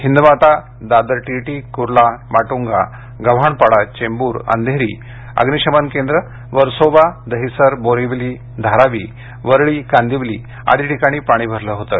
Hindmata Dadar TT Kurla Matunga Gavhanpada Chembur Andheri अग्निशमन केंद्र वर्सोवा दहिसर बोरिवली धारावी वरळी कांदिवली आदी ठिकाणी पाणी भरले होतं